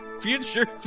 Future